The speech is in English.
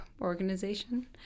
Organization